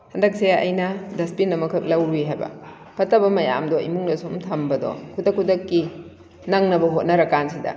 ꯍꯟꯗꯛꯁꯦ ꯑꯩꯅ ꯗꯁꯕꯤꯟ ꯑꯃꯈꯛ ꯂꯧꯔꯨꯏ ꯍꯥꯏꯕ ꯐꯠꯇꯕ ꯃꯌꯥꯝꯗꯣ ꯏꯃꯨꯡꯗ ꯁꯨꯝ ꯊꯝꯕꯗꯣ ꯈꯨꯗꯛ ꯈꯨꯗꯛꯀꯤ ꯅꯪꯅꯕ ꯍꯣꯠꯅꯔ ꯀꯥꯟꯁꯤꯗ